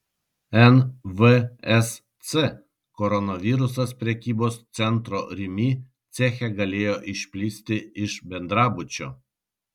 nvsc koronavirusas prekybos centro rimi ceche galėjo išplisti iš bendrabučio